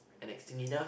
and next thing you know